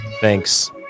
thanks